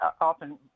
often